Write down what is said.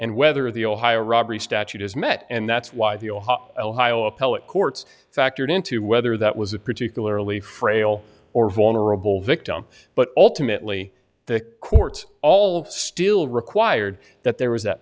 and whether the ohio robbery statute is met and that's why the appellate courts factored into whether that was a particularly frail or vulnerable victim but ultimately the court all still required that there was